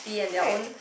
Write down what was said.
uh correct